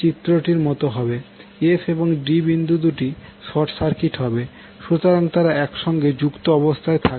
f এবং d বিন্দু দুটি শর্ট সার্কিট হবে সুতরাং তারা একসঙ্গে যুক্ত অবস্থায় থাকবে